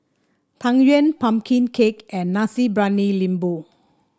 Tang Yuen pumpkin cake and Nasi Briyani Lembu